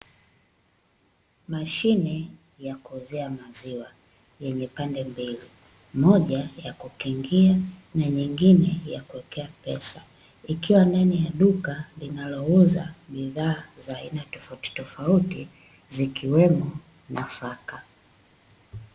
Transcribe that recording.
Mashine ya kuuzia maziwa, yenye pande mbili moja ya kukingia na nyingine ya kuwekea pesa, ikiwa ndani ya duka linalouza bidhaa za aina tofauti tofauti, zikiwemo nafaka.